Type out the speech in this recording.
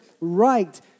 right